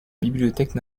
bibliothèque